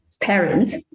parents